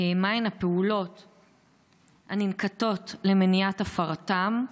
2. מהן הפעולות הננקטות למניעת הפרתם?